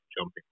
jumping